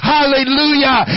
Hallelujah